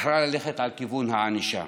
בחרה ללכת על כיוון הענישה,